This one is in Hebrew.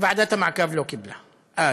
ועדת המעקב לא קיבלה אז.